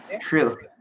true